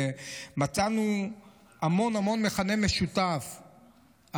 מצאנו המון המון מכנים משותפים,